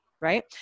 right